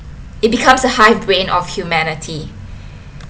it becomes a hive vein of humanity